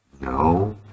no